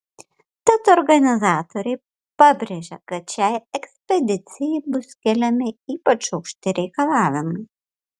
tad organizatoriai pabrėžia kad šiai ekspedicijai bus keliami ypač aukšti reikalavimai